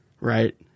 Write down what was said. right